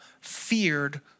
feared